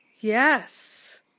Yes